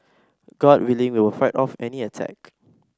god willing we will fight off any attack